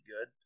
good